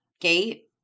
gate